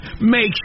Make